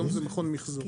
היום זה מכון מחזור.